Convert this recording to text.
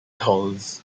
dolls